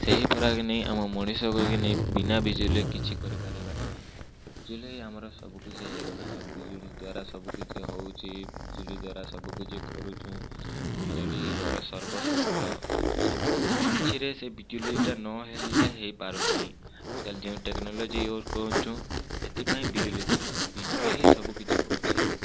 ସେହି ପରାଗନି ଆମ ମଣିଷ ବିନା ବିଜୁଳିରେ କିଛି କରିପାରିବା ନାହିଁ ବିଜୁଳି ହିଁ ଆମର ସବୁକିଛି ହେଇଗଲାଣି ବିଜୁଳି ଦ୍ୱାରା ସବୁ କିଛି ହେଉଛି ବିଜୁଳି ଦ୍ୱାରା ସବୁ କିଛି କରୁଛୁ ବିଜୁଳି ଆମର ସର୍ବଶ୍ରେଷ୍ଠ ସବୁ କିଛିରେ ସେ ବିଜୁଳିଟା ନ ହେଲେ ହେଇ ପାରୁନାହିଁ ଆଜିକାଲି ଯେଉଁ ଟେକ୍ନୋଲୋଜି ଇଉଜ କରୁଛୁ ସେଥିପାଇଁ ବିଜୁଳି ଦରକାର ବିଜୁଳି ହିଁ ସବୁ କିଛି ହେଉଛି